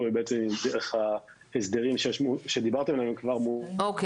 בעצם היא דרך ההסדרים שדיברתם עליהם --- או.קיי.